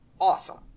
awesome